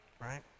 right